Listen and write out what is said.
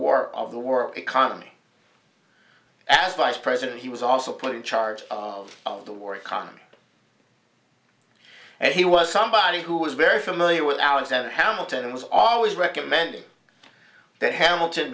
war of the world economy as vice president he was also put in charge of the war economy and he was somebody who was very familiar with alexander hamilton and was always recommending that hamilton